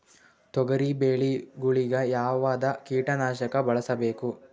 ತೊಗರಿಬೇಳೆ ಗೊಳಿಗ ಯಾವದ ಕೀಟನಾಶಕ ಬಳಸಬೇಕು?